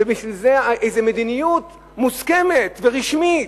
ובשביל זה, איזו מדיניות, מוסכמת ורשמית: